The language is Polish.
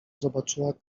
zobaczyła